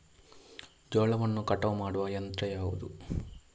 ಜೋಳವನ್ನು ಕಟಾವು ಮಾಡುವ ಯಂತ್ರ ಯಾವುದು?